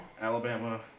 Alabama